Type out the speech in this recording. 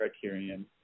criterion